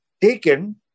taken